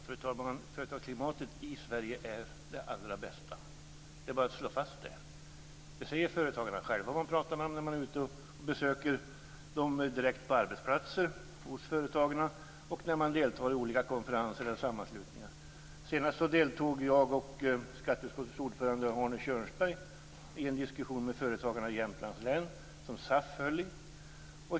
Fru talman! Företagsklimatet i Sverige är det allra bästa. Det är bara att slå fast. Det säger företagarna själva när man pratar med dem vid besök på arbetsplatser och vid olika konferenser och sammanslutningar. Senast deltog jag och skatteutskottets ordförande Arne Kjörnsberg i en diskussion med företagarna i Jämtlands län som SAF höll i.